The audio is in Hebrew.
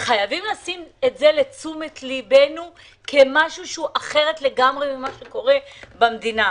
שחייבים לשים את זה לתשומת לבנו כמשהו שהוא אחר לגמרי ממה שקורה במדינה.